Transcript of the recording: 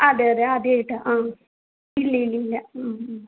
അതെ അതെ ആദ്യമായിട്ടാണ് ആ ഇല്ലില്ലില്ല